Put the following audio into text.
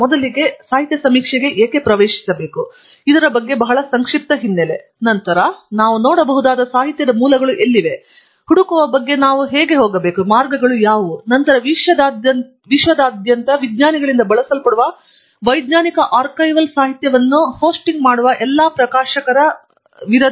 ಮೊದಲಿಗೆ ನಾವು ಈ ಸಾಹಿತ್ಯ ಸಮೀಕ್ಷೆಗೆ ಏಕೆ ಪ್ರವೇಶಿಸಬೇಕು ಎಂಬುದರ ಬಗ್ಗೆ ಬಹಳ ಸಂಕ್ಷಿಪ್ತ ಹಿನ್ನೆಲೆ ತದನಂತರ ನಾವು ನೋಡಬಹುದಾದ ಸಾಹಿತ್ಯದ ಮೂಲಗಳು ಎಲ್ಲಿವೆ ಹುಡುಕುವ ಬಗ್ಗೆ ನಾವು ಹೋಗುವ ಮಾರ್ಗಗಳು ಯಾವುವು ಮತ್ತು ನಂತರ ವಿಶ್ವದಾದ್ಯಂತದ ವಿಜ್ಞಾನಿಗಳಿಂದ ಬಳಸಲ್ಪಡುವ ವೈಜ್ಞಾನಿಕ ಆರ್ಕೈವಲ್ ಸಾಹಿತ್ಯವನ್ನು ಹೋಸ್ಟಿಂಗ್ ಮಾಡುವ ಎಲ್ಲಾ ಪ್ರಕಾಶಕರು ಯಾರು